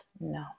no